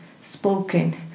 spoken